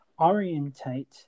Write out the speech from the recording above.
orientate